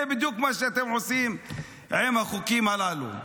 זה בדיוק מה שאתם עושים עם החוקים הללו.